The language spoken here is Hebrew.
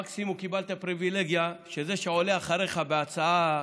מקסימום קיבלת פריבילגיה שזה שעולה אחריך בהצעה לסדר-היום,